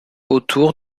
autour